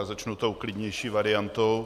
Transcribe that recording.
Začnu tou klidnější variantou.